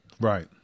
Right